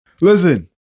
Listen